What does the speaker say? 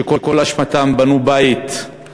שכל אשמתם היא שהם בנו בית ביישובם,